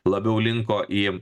labiau linko į